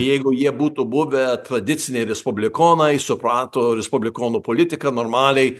jeigu jie būtų buvę tradiciniai respublikonai suprato respublikonų politiką normaliai